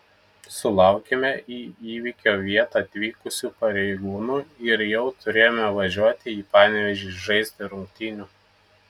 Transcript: sulaukėme į įvykio vietą atvykusių pareigūnų ir jau turėjome važiuoti į panevėžį žaisti rungtynių